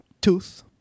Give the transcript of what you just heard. Tooth